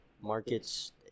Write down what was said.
markets